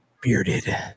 bearded